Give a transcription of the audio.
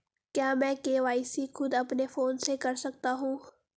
क्या मैं के.वाई.सी खुद अपने फोन से कर सकता हूँ?